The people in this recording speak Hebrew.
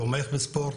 תומך בספורט,